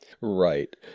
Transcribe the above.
Right